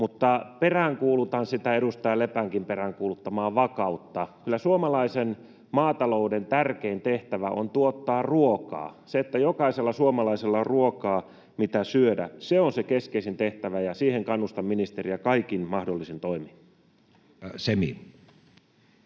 Mutta peräänkuulutan sitä edustaja Lepänkin peräänkuuluttamaa vakautta. Kyllä suomalaisen maatalouden tärkein tehtävä on tuottaa ruokaa. Se, että jokaisella suomalaisella on ruokaa, mitä syödä, on se keskeisin tehtävä, ja siihen kannustan ministeriä kaikin mahdollisin toimin. [Speech